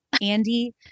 Andy